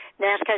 NASCAR